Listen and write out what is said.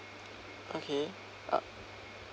okay uh